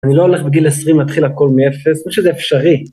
אני לא הולך בגיל 20 להתחיל הכל מאפס, לא שזה אפשרי.